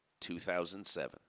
2007